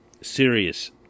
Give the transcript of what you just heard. serious